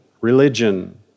religion